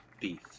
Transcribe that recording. beef